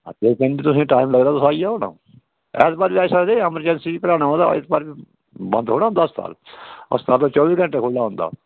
हां ते बिंद तुसें टाइम लगदा तुस आई जाओ ना ऐतवार बी आई सकदे एमर्जेन्सी च कढ़ाना होऐ तां ऐतवार बी बंद थोह्ड़ा होंदा अस्पताल ते चौह्बी घैंटे खु'ल्ला होंदा